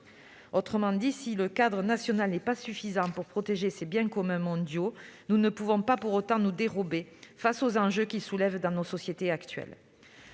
Autrement dit, si le cadre national n'est pas suffisant pour protéger ces biens communs mondiaux, nous ne pouvons pour autant nous dérober face aux enjeux qu'ils soulèvent dans nos sociétés actuelles.